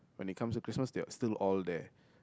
when it comes to Christmas still all there